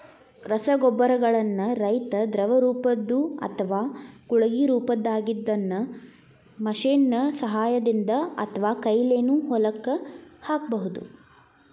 ರಸಗೊಬ್ಬರಗಳನ್ನ ರೈತಾ ದ್ರವರೂಪದ್ದು ಅತ್ವಾ ಗುಳಿಗಿ ರೊಪದಾಗಿದ್ದಿದ್ದನ್ನ ಮಷೇನ್ ನ ಸಹಾಯದಿಂದ ಅತ್ವಾಕೈಲೇನು ಹೊಲಕ್ಕ ಹಾಕ್ಬಹುದು